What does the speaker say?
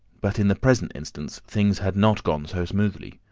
but in the present instance things had not gone so smoothly.